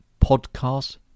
podcast